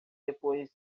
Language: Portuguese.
depois